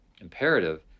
imperative